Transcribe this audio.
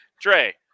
dre